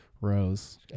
rose